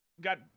got